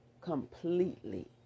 completely